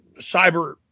cyber